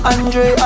Andre